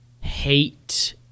hate